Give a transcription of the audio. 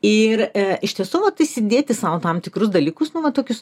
ir ištiesų vat įsidėti sau tam tikrus dalykus nu va tokius